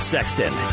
Sexton